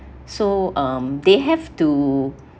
so um they have to